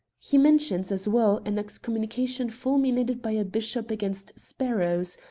he mentions, as well, an excommunication ful minated by a bishop against sparrows,